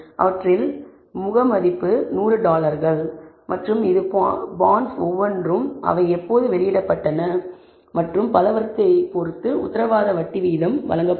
அவற்றின் முக மதிப்பு 100 டாலர்கள் மற்றும் இது பான்ட்ஸ் ஒவ்வொன்றும் அவை எப்போது வெளியிடப்பட்டன மற்றும் பலவற்றைப் பொறுத்து உத்தரவாத வட்டி வீதம் வழங்கப்படும்